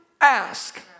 ask